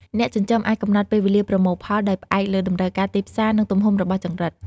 អ្នកចិញ្ចឹមអាចកំណត់ពេលវេលាប្រមូលផលដោយផ្អែកលើតម្រូវការទីផ្សារ និងទំហំរបស់ចង្រិត។